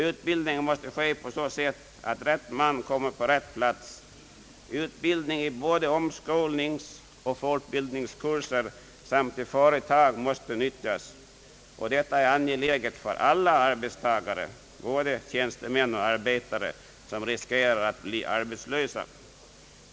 Utbildningen måste ske på så sätt att var man kommer på rätt plats, och den måste bedrivas vid omskolningsoch fortbildningskurser samt vid företag. Detta är angeläget för alla arbetstagare, både tjänstemän och arbetare, som riskerar att bli arbetslösa.